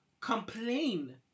complain